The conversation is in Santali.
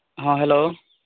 ᱦᱚᱸ ᱦᱮᱞᱳ